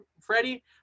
freddie